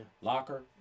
locker